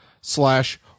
slash